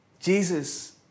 Jesus